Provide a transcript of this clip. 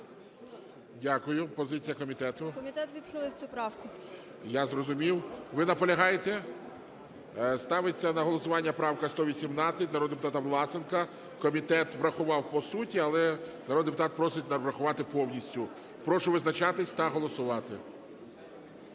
О.М. Комітет відхилив цю правку. ГОЛОВУЮЧИЙ. Я зрозумів. Ви наполягаєте? Ставиться на голосування правка 118, народного депутата Власенка. Комітет врахував по суті, але народний депутат просить врахувати повністю. Прошу визначатись та голосувати.